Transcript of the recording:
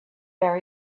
where